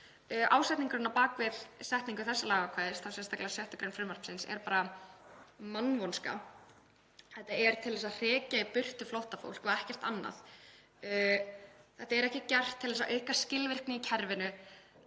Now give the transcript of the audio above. Ásetningurinn á bak við setningu þessa lagaákvæðis, þá sérstaklega 6. gr. frumvarpsins, er bara mannvonska. Þetta er til að hrekja burt flóttafólk og ekkert annað. Þetta er ekki gert til að auka skilvirkni í kerfinu.